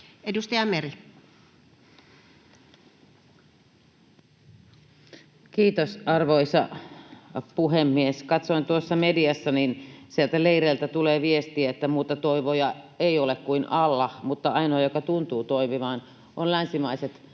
Edustaja Meri. Kiitos, arvoisa puhemies! Kun katsoin tuossa mediasta, niin sieltä leireiltä tulee viestiä, että muuta toivoa ei ole kuin Allah, mutta ainoa, joka tuntuu toimivan, on länsimaiset